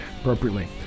appropriately